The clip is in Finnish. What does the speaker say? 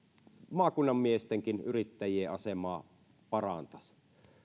maakunnan miestenkin yrittäjien asemaa parantaisi